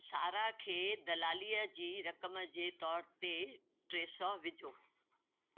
शारा खे दलालीअ जी रक़म जे तोरूु ते टे सौ विझो